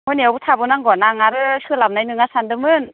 मोनायावबो थाबो नांगोन आं आरो सोलाबनाय नोङा सान्दोंमोन